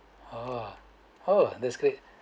oh oh that's great